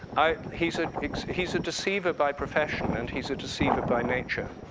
he's ah he's a deceiver by profession and he's a deceiver by nature.